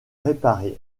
réparer